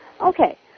Okay